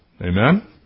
Amen